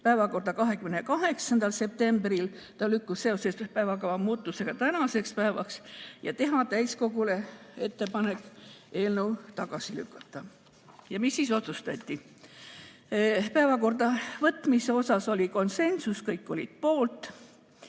päevakorda 28. septembriks, mis lükkus seoses päevakava muutusega tänasele päevale, ja teha täiskogule ettepanek eelnõu tagasi lükata. Mida siis otsustati? Päevakorda võtmise osas oli konsensus, kõik olid poolt.